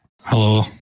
Hello